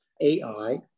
AI